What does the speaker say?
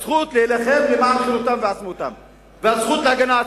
רק ליהודים הזכות להילחם למען חירותם ועצמאותם והזכות להגנה עצמית?